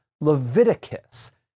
Leviticus